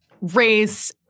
race